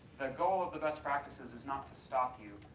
goal of the best practices is not to stop you,